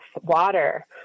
water